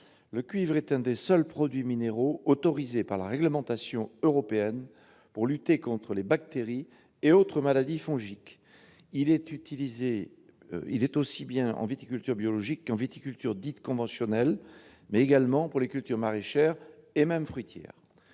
Le cuivre est l'un des seuls produits minéraux autorisés par la réglementation européenne pour lutter contre les bactéries et autres maladies fongiques. Il est utilisé aussi bien en viticulture biologique qu'en viticulture dite « conventionnelle », mais également pour les cultures maraîchères et même fruitières.